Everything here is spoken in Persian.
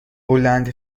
بلند